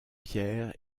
pierre